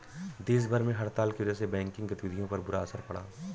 देश भर में हड़ताल की वजह से बैंकिंग गतिविधियों पर बुरा असर पड़ा है